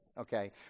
okay